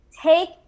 take